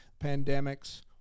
pandemics